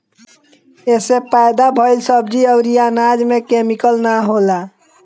एसे पैदा भइल सब्जी अउरी अनाज में केमिकल ना होला